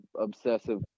obsessive